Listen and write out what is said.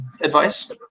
advice